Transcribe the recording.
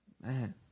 Man